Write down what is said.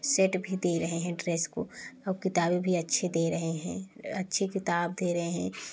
set भी दे रहे हैं ड्रेस को और किताबें भी अच्छे दे रहे हैं अच्छे किताब दे रहे हैं